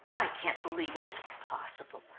i can't believe it is possible.